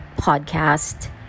podcast